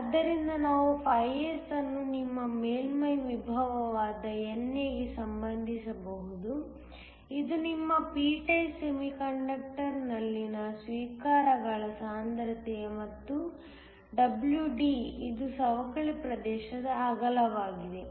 ಆದ್ದರಿಂದ ನಾವು S ಅನ್ನು ನಿಮ್ಮ ಮೇಲ್ಮೈ ವಿಭವವಾದ NA ಗೆ ಸಂಬಂಧಿಸಬಹುದು ಇದು ನಿಮ್ಮ p ಟೈಪ್ ಸೆಮಿಕಂಡಕ್ಟರ್ ನಲ್ಲಿನ ಸ್ವೀಕಾರಕಗಳ ಸಾಂದ್ರತೆ ಮತ್ತು WD ಇದು ಸವಕಳಿ ಪ್ರದೇಶದ ಅಗಲವಾಗಿದೆ